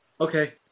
Okay